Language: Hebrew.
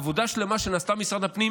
עבודה שלמה שנעשתה במשרד הפנים,